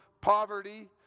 poverty